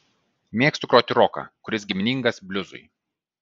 mėgstu groti roką kuris giminingas bliuzui